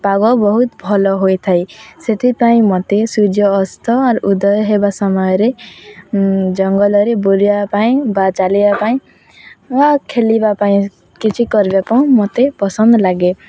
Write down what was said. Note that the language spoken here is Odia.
ପାଗ ବହୁତ ଭଲ ହୋଇଥାଏ ସେଥିପାଇଁ ମୋତେ ସୂର୍ଯ୍ୟ ଅସ୍ତ ଆଉ ଉଦୟ ହେବା ସମୟରେ ଜଙ୍ଗଲରେ ବୁଲିବା ପାଇଁ ବା ଚାଲିବା ପାଇଁ ବା ଖେଳିବା ପାଇଁ କିଛି କରିବା ପାଇଁ ମୋତେ ପସନ୍ଦ ଲାଗେ